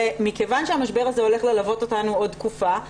מכיוון שהמשבר הזה הולך ללוות אותנו עוד תקופה,